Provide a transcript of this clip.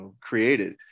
created